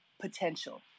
potential